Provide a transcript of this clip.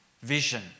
vision